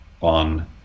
on